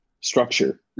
structure